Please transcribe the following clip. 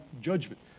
judgment